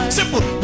Simple